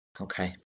Okay